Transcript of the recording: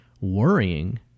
worrying